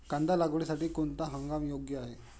कांदा लागवडीसाठी कोणता हंगाम योग्य आहे?